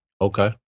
Okay